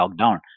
lockdown